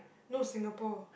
no Singapore